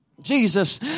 Jesus